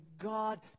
God